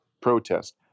protest